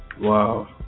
Wow